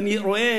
ואני רואה,